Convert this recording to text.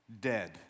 dead